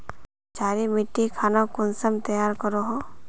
क्षारी मिट्टी खानोक कुंसम तैयार करोहो?